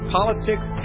politics